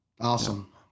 Awesome